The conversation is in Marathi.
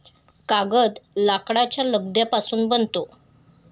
कागद लाकडाच्या लगद्यापासून बनतो